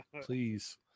please